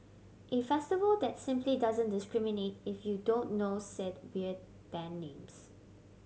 a festival that simply doesn't discriminate if you don't know said weird band names